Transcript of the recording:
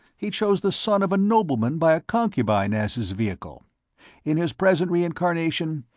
he chose the son of a nobleman by a concubine as his vehicle in his present reincarnation,